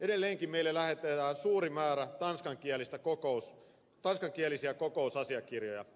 edelleenkin meille lähetetään suuri määrä tanskankielisiä kokousasiakirjoja